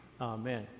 Amen